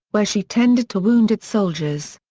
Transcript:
where she tended to wounded soldiers.